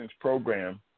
program